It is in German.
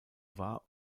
war